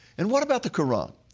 and what about the quran?